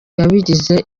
yabigize